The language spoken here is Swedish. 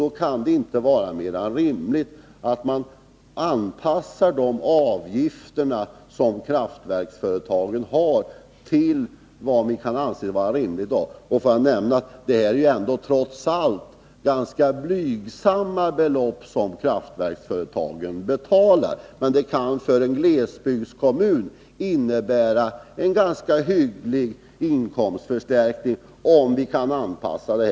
Då kunde det inte vara mer än rimligt att man anpassade kraftverksföretagens avgifter. Trots allt är det ganska blygsamma belopp som kraftverksföretagen betalar. För en glesbygdskommun kan de dock innebära en ganska hygglig inkomstförstärkning, om vi kan anpassa systemet.